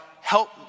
help